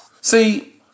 See